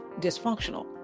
dysfunctional